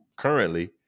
currently